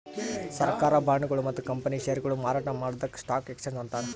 ಸರ್ಕಾರ್ ಬಾಂಡ್ಗೊಳು ಮತ್ತ್ ಕಂಪನಿ ಷೇರ್ಗೊಳು ಮಾರಾಟ್ ಮಾಡದಕ್ಕ್ ಸ್ಟಾಕ್ ಎಕ್ಸ್ಚೇಂಜ್ ಅಂತಾರ